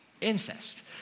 incest